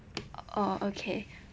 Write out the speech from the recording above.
oh okay